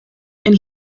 and